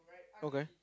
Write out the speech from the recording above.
okay